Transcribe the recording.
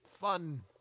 fun